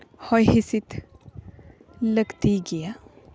ᱦᱚᱭ ᱦᱤᱸᱥᱤᱫ ᱞᱟᱹᱠᱛᱤ ᱜᱮᱭᱟ